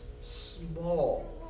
small